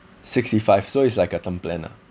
sixty five so it's like a term plan lah